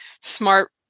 smart